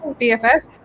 bff